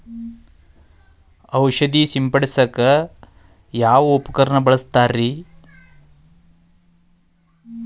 ಔಷಧಿ ಸಿಂಪಡಿಸಕ ಯಾವ ಉಪಕರಣ ಬಳಸುತ್ತಾರಿ?